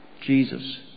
Jesus